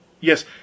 Yes